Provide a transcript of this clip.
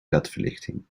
ledverlichting